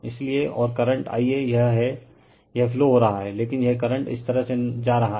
इसलिए और current Ia यह हैं यह फ्लो हो रहा हैं लेकिन यह करंट इस तरह से जा रहा हैं